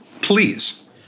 please